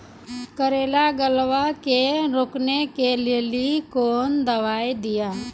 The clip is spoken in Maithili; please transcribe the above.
करेला के गलवा के रोकने के लिए ली कौन दवा दिया?